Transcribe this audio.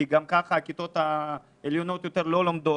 כי גם כך הכיתות העליונות יותר לא לומדות